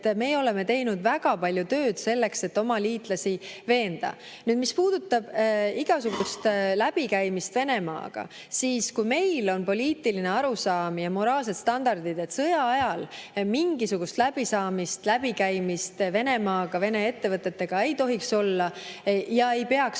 me oleme teinud väga palju tööd selleks, et oma liitlasi veenda. Mis puudutab igasugust läbikäimist Venemaaga, siis meil on poliitiline arusaam ja moraalsed standardid, et sõja ajal mingisugust läbisaamist ja läbikäimist Venemaaga, Vene ettevõtetega ei tohiks olla ja ei peaks